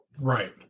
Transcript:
Right